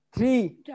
Three